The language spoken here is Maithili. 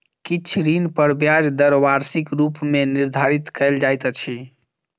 किछ ऋण पर ब्याज दर वार्षिक रूप मे निर्धारित कयल जाइत अछि